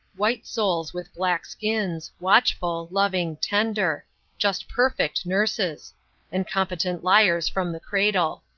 white souls with black skins, watchful, loving, tender just perfect nurses and competent liars from the cradle.